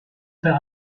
für